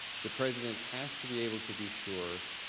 the president has to be able to be sure